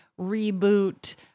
reboot